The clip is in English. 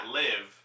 live